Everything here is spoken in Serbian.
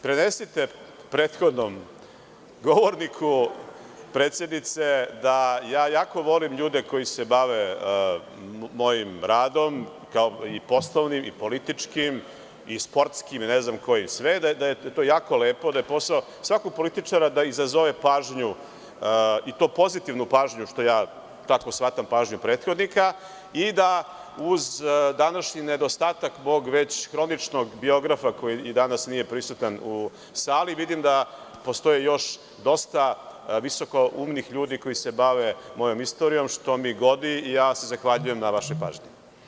Prenesite prethodnom govorniku, predsednice, da ja jako volim ljude koji se bave mojim radom, poslovnim, političkim i sportskim i ne znam kojim sve, da je to jako lepo, da je posao svakog političara da izazove pažnju i to pozitivnu pažnju što ja tako shvatam pažnju prethodnika i da uz današnji nedostatak mog već hroničnog biografa koji i danas nije prisutan u sali, vidim da postoje još dosta visokoumnih ljudi koji se bave mojom istorijom, što mi godi, i ja vam se zahvaljujem na vašoj pažnji.